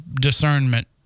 discernment